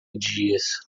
dias